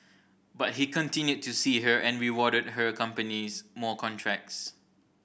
but he continued to see her and rewarded her companies more contracts